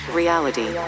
reality